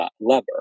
lever